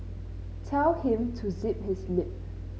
tell him to zip his lip